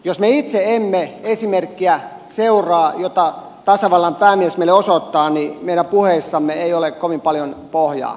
jos me itse emme seuraa esimerkkiä jota tasavallan päämies meille osoittaa niin meidän puheissamme ei ole kovin paljon pohjaa tekojen suhteen